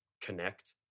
connect